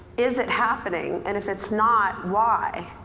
is it happening and if it's not, why?